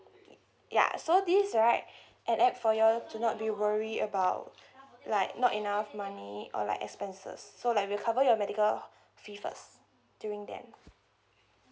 ya so this right an app for you all to not be worry about like not enough money or like expenses so like we'll cover your medical h~ fee first during then